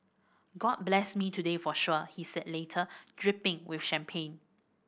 god blessed me today for sure he said later dripping with champagne